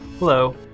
Hello